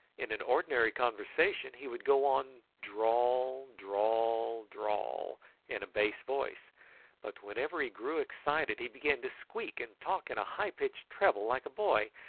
in an ordinary conversation he would go on drawl, drawl, drawl in a bass voice but whenever he grew excited he began to squeak and talk in a high-pitched treble like a boy,